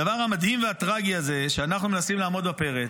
הדבר המדהים והטרגי הוא שאנחנו מנסים לעמוד בפרץ,